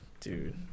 dude